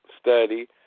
study